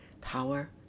power